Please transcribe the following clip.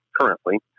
currently